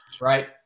right